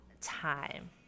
time